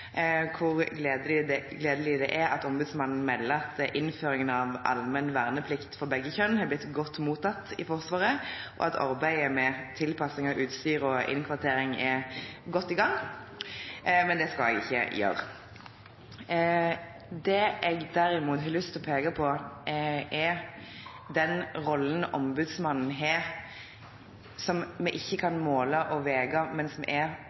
hvor gledelig det er at Ombudsmannsnemnda melder at innføringen av allmenn verneplikt for begge kjønn har blitt godt mottatt i Forsvaret, og at arbeidet med tilpasning av utstyr og innkvartering er godt i gang, men det skal jeg ikke gjøre. Det jeg derimot har lyst til å peke på, er den rollen Ombudsmannen har, som vi ikke kan måle og